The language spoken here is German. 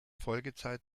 folgezeit